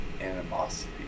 animosity